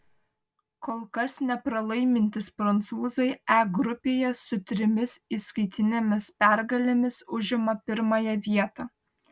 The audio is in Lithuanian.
kol kas nepralaimintys prancūzai e grupėje su trimis įskaitinėmis pergalėmis užima pirmąją vietą